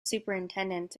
superintendents